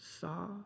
saw